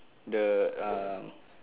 the um